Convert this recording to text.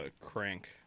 Crank